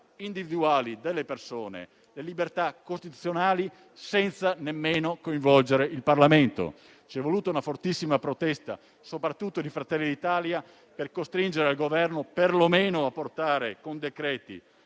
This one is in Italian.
individuali delle persone e le libertà costituzionali, senza nemmeno coinvolgere il Parlamento. C'è voluta una fortissima protesta, soprattutto di Fratelli d'Italia, per costringere il Governo perlomeno a portare, con decreti,